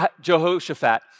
Jehoshaphat